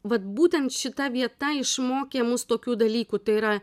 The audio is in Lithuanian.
vat būtent šita vieta išmokė mus tokių dalykų tai yra